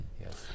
Yes